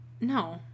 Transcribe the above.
No